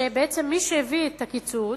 שבעצם מי שהביא את הקיצוץ,